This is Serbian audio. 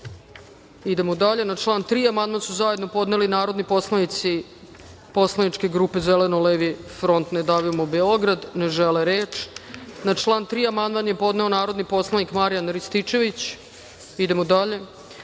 dalje. Na član 3. amandman su zajedno podneli narodni poslanici poslaničke grupe Zeleno-levi front – Ne davimo Beograd. Ne žele reč. Na član 3. amandman je podneo narodni poslanik Marijan Rističević. Idemo dalje. Na